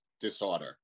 disorder